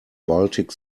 baltic